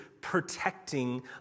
protecting